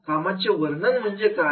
कामाचे वर्णन म्हणजे काय